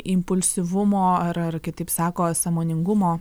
impulsyvumo ar ar kitaip sako sąmoningumo